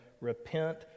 repent